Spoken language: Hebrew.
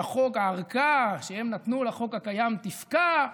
והארכה שהם נתנו לחוק הקיים תפקע,